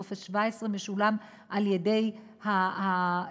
טופס 17 משולם על-ידי קופות-החולים,